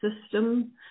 system